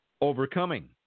overcoming